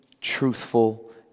truthful